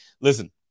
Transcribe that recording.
Listen